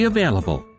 Available